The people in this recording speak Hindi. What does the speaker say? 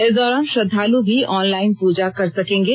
इस दौरान श्रद्धालु भी ऑनलाइन पूजा कर सकेंगे